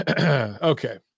Okay